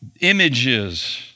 images